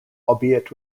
albeit